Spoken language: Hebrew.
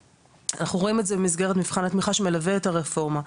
אנחנו רואים את זה במסגרת מבחן התמיכה שמלווה את הרפורמה.